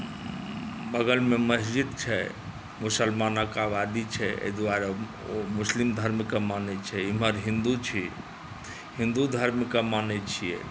बगलमे मसजिद छै मुसलमानके आबादी छै एहिदुआरे ओ मुसलिम धर्मके मानै छै एमहर हिन्दू छी हिन्दू धर्मके मानै छिए